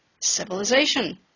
Civilization